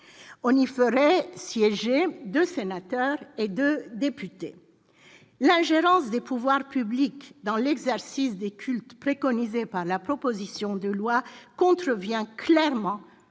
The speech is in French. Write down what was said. Y siégeraient deux sénateurs et deux députés. L'ingérence des pouvoirs publics dans l'exercice des cultes préconisée au travers de la proposition de loi contrevient clairement